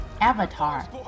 Avatar